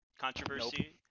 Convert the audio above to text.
controversy